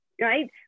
right